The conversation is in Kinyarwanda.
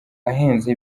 ahenze